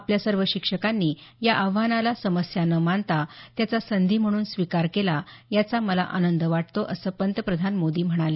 आपल्या सर्व शिक्षकांनी या आव्हानाला समस्या न मानता त्याचा संधी म्हणून स्वीकार केला याचा मला आनंद वाटतो असं पंतप्रधान मोदी म्हणाले